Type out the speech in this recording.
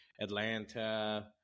Atlanta